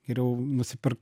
geriau nusipir